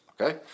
okay